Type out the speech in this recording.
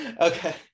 Okay